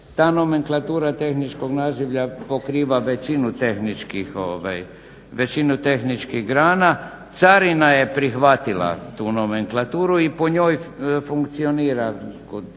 Ta nomenklatura tehničkog nazivlja pokriva većinu tehničkih grana. Carina je prihvatila tu nomenklaturu i po njoj funkcionira kod